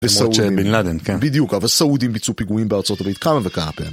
למרות שבין לאדן, כן. בדיוק, אבל סעודים ביצעו פיגועים בארצות הברית, כמה וכמה פעמים.